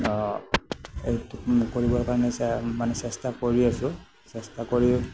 এইটো কৰিবৰ কাৰণে চে মানে চেষ্টা কৰি আছোঁ চেষ্টা কৰি